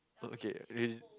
okay really